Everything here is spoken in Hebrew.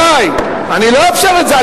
רבותי, אני לא אאפשר את זה.